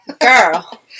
Girl